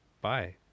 Bye